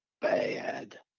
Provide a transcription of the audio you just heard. bad